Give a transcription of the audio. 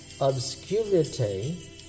obscurity